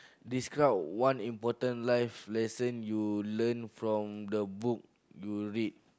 describe one important life lesson you learn from the book you read